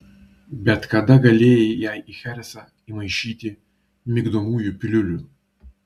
bet kada galėjai jai į cheresą įmaišyti migdomųjų piliulių